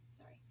sorry